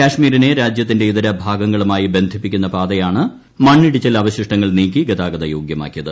കാശ്മീരിനെ രാജ്യത്തിന്റെ ഇതരഭാഗങ്ങളുമായി ബന്ധിപ്പിക്കുന്ന പാതയാണ് മണ്ണിടിച്ചിൽ അവശിഷ്ടങ്ങൾ നീക്കി ഗതാഗത യോഗ്യമാക്കിയത്